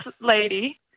lady